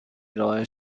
ارائه